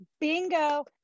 bingo